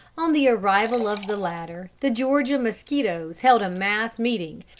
on the arrival of the latter, the georgia mosquitoes held a mass meeting,